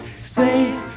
Say